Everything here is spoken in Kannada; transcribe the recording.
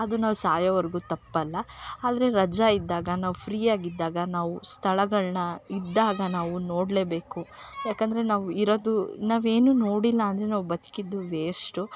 ಅದು ನಾವು ಸಾಯೋವರೆಗು ತಪ್ಪಲ್ಲ ಆದರೆ ರಜಾ ಇದ್ದಾಗ ನಾವು ಫ್ರೀ ಆಗಿದ್ದಾಗ ನಾವು ಸ್ಥಳಗಳ್ನ ಇದ್ದಾಗ ನಾವು ನೋಡಲೇಬೇಕು ಯಾಕಂದರೆ ನಾವು ಇರೋದು ನಾವೇನು ನೋಡಿಲ್ಲ ಅಂದರೆ ನಾವು ಬದ್ಕಿದ್ದು ವೇಷ್ಟು